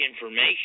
information